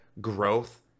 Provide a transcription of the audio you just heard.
growth